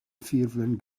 ffurflen